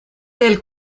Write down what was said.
del